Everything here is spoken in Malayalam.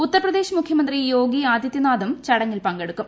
ഉത്തർപ്രദേശ് മുഖ്യമന്ത്രി യോഗി ആദിത്യനാഥും ചടങ്ങിൽ പങ്കെടുക്കും